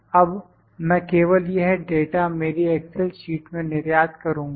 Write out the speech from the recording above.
अब मैं केवल यह डाटा मेरी एक्सेल शीट में निर्यात करूँगा